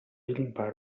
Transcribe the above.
limpar